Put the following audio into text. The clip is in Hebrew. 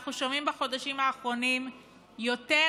אנחנו שומעים בחודשים האחרונים על יותר